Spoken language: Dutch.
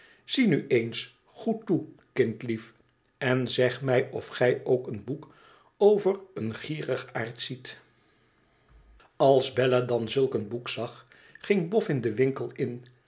zie nu eens goed toe kindlief en zeg mij of gij ook een boek over een gierigaard ziet als bella dan zulk een boek zag ging bofn den winkel in